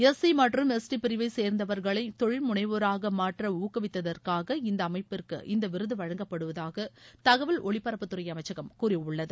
S C மற்றும் S T பிரிவை சேர்ந்தவர்களை தொழில் முனைவோராக மாற்ற ஊக்குவித்ததற்காக இந்த அமைப்பிற்கு இந்த விருது வழங்கப்படுவதாக தகவல் ஒலிபரப்பு துறை அமைச்சகம் கூறியுள்ளது